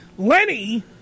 Lenny